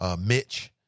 Mitch